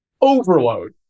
overload